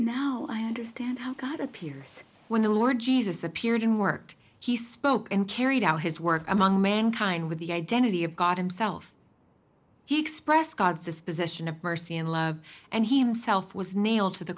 now i understand how god appears when the lord jesus appeared and worked he spoke and carried out his work among mankind with the identity of god himself he expressed god's disposition of mercy and love and he himself was nailed to the